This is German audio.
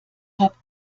habt